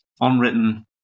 unwritten